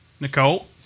nicole